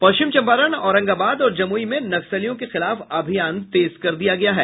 पश्चिम चंपारण औरंगाबाद और जमुई में नक्सलियों के खिलाफ अभियान तेज कर दिया गया है